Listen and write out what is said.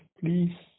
please